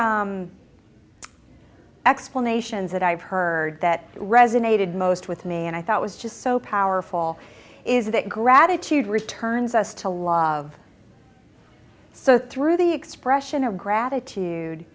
the explanations that i've heard that resonated most with me and i thought was just so powerful is that gratitude returns us to lot of so through the expression of gratitude